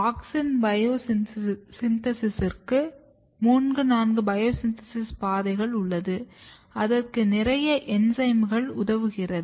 auxin பயோ சின்தேசிஸ்ஸுக்கு 3 4 biosynthesis பாதைகள் உள்ளது அதற்கு நிறைய என்சைம்கள் உதவுகிறது